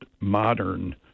modern